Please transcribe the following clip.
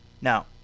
Now